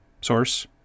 Source